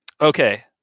Okay